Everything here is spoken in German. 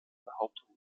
behauptungen